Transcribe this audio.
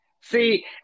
see